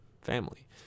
family